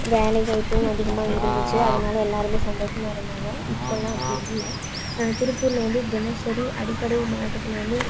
வேலை வாய்ப்பும் அதிகமாக இருந்துச்சு அதனால எல்லாேருமே சந்தோஷமா இருந்தாங்க இப்பெலாம் அப்படி இல்லை திருப்பூரில் வந்து தினசரி அடிப்படை மாவட்டத்தில் வந்து